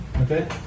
Okay